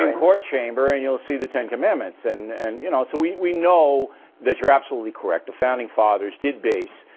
ah court chamber and you'll see the ten commandments and and you know so we we know that you're absolutely correct. the founding fathers did base